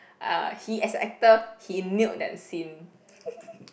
uh he as a actor he nailed that scene